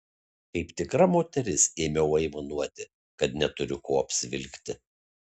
kaip tikra moteris ėmiau aimanuoti kad neturiu ko apsivilkti